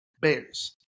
Bears